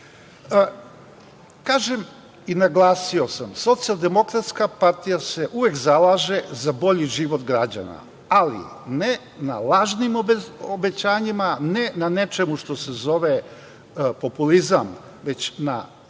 i naglasio sam, Socijaldemokratska partija se uvek zalaže za bolji život građana, ali ne na lažnim obećanjima, ne na nečemu što se zove populizam, već na